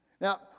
Now